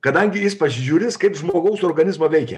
kadangi jis pasižiūrės kaip žmogaus organizmą veikia